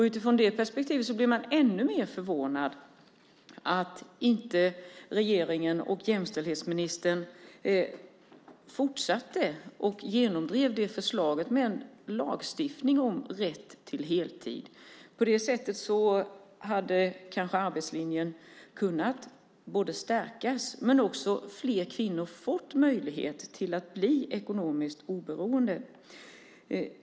Utifrån det perspektivet blir man ännu mer förvånad över att regeringen och jämställdhetsministern inte fortsatte och genomdrev förslaget med en lagstiftning om rätt till heltid. På det sättet hade kanske både arbetslinjen kunnat stärkas och fler kvinnor fått möjlighet att bli ekonomiskt oberoende.